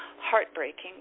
heartbreaking